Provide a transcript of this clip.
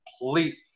complete